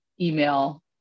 email